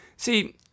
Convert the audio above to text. See